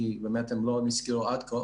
כי באמת הם לא נסקרו עד כה